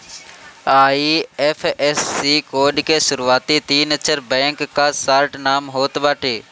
IFSC code के शुरूआती तीन अक्षर बैंक कअ शार्ट नाम होत बाटे